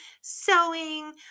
sewing